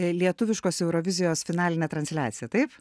lietuviškos eurovizijos finalinę transliaciją taip